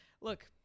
look